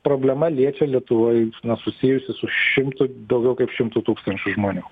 problema liečia lietuvoj na susijusi su šimtu daugiau kaip šimtu tūkstančių žmonių